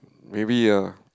maybe ah